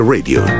Radio